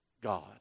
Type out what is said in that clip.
God